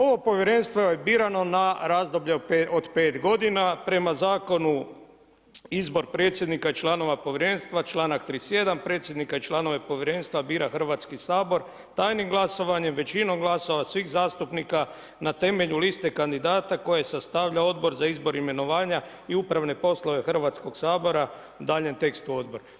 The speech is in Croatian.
Ovo povjerenstvo je birano na razdoblje od 5 godina, prema zakona izbor predsjednika, članova povjerenstva, čl. 31. predsjednika i članove povjerenstva bira Hrvatski sabor, tajnim glasovanjem, većinom glasova svih zastupnika na temelju lista kandidata, koje sastavlja Odbor za izbor i imenovanja i upravne poslove Hrvatskog sabora, u daljnjem tekstu Odbor.